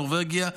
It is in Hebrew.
נורבגיה,